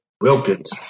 Wilkins